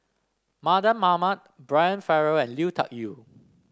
Mardan Mamat Brian Farrell and Lui Tuck Yew